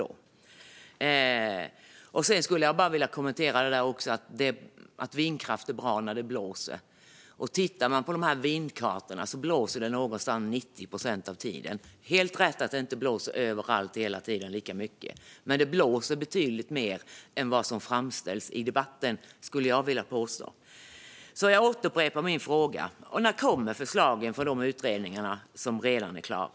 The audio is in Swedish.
Jag skulle också vilja kommentera det du sa om att vindkraft är bra när det blåser. Tittar man på vindkartorna ser man att det blåser alltid någonstans 90 procent av tiden. Det är helt rätt att det inte blåser överallt och lika mycket hela tiden. Men det blåser betydligt mer än vad som framställs i debatten, skulle jag vilja påstå. Jag upprepar min fråga. När kommer förslagen från de utredningar som redan är klara?